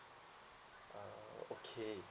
uh okay